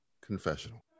Confessional